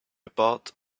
about